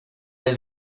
del